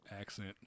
accent